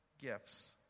gifts